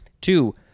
Two